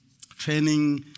training